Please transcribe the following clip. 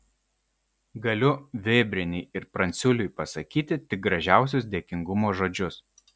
galiu vėbrienei ir pranciuliui pasakyti tik gražiausius dėkingumo žodžius